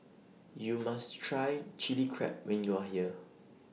YOU must Try Chili Crab when YOU Are here